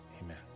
amen